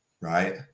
right